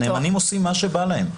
הם עושים מה שבא להם.